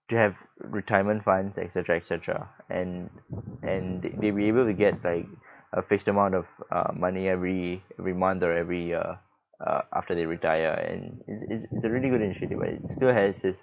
to have retirement funds et cetera et cetera and and they they'll be able to get like a fixed amount of uh money every every month or every year uh after they retire and it's it's it's a really good initiative but it still has its